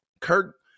Kirk